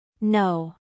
No